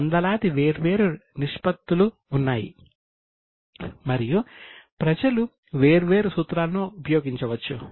మనకు వందలాది వేర్వేరు నిష్పత్తులు ఉన్నాయి మరియు ప్రజలు వేర్వేరు సూత్రాలను ఉపయోగించవచ్చు